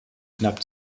knapp